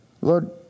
Lord